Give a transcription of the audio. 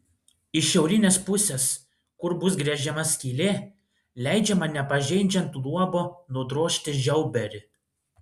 iš šiaurinės pusės kur bus gręžiama skylė leidžiama nepažeidžiant luobo nudrožti žiauberį